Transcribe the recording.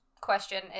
question